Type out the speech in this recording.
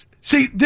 See